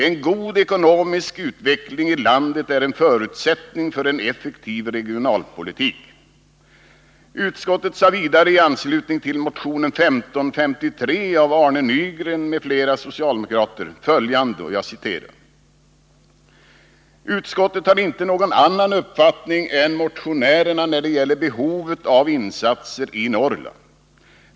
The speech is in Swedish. En god ekonomisk utveckling i landet är en förutsättning för en effektiv regionalpolitik.” ”Utskottet har inte någon annan uppfattning än motionärerna när det gäller behovet av insatser i Norrland.